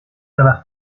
dalla